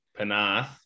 Panath